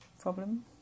problem